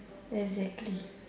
exactly